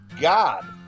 god